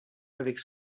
avec